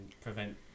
prevent